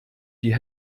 die